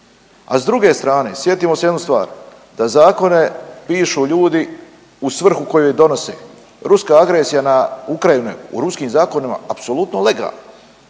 A s druge strane sjetimo se jednu stvar da zakone pišu ljudi u svrhu u koju je donose. Ruska agresija na Ukrajinu je u ruskim zakonima apsolutno legalna.